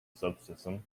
subsystem